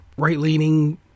right-leaning